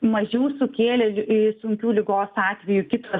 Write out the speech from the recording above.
mažiau sukėlė a sunkių ligos atvejų kitos